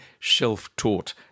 self-taught